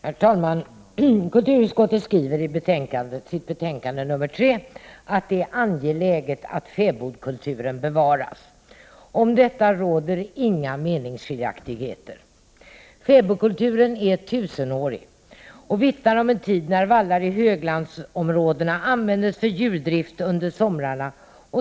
Herr talman! Kulturutskottet skriver i sitt betänkande nr 3 att det är angeläget att fäbodkulturen bevaras. Om detta råder inga meningsskiljaktigheter. Fäbodkulturen är tusenårig och vittnar om en tid då vallar i höglandsområdena användes för djurdrift under somrarna.